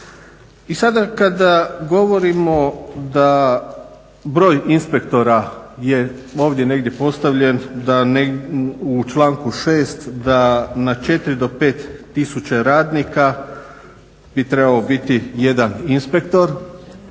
I sada kada govorimo da broj inspektora je ovdje negdje postavljen u članku 6. da na četiri na pet tisuća radnika bi trebao biti jedan inspektor